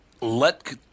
Let